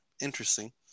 interesting